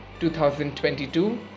2022